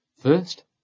First